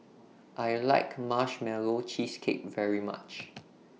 I like Marshmallow Cheesecake very much